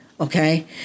okay